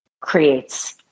creates